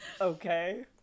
okay